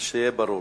זה ברור.